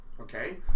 Okay